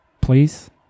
Please